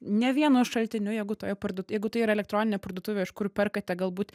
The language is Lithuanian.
ne vienu šaltiniu jeigu toje parduoti jeigu tai yra elektroninė parduotuvė iš kur perkate galbūt